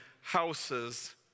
houses